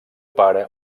pare